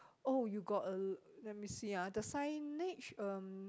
oh you got a let me see ah the signage um